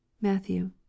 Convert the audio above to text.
Matthew